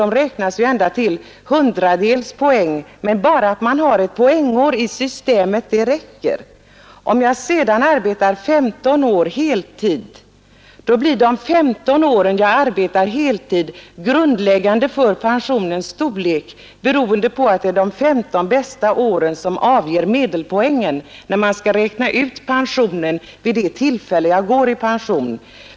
De räknas ända till hundradels poäng, men bara det att han har poängår i systemet räcker. Om han sedan arbetar 15 år heltid, blir de 15 årens heltid grundläggande för pensionens storlek, beroende på att det är de 15 bästa åren som avgör medelpoängen när pensionen skall räknas ut vid det tillfälle han går i pension.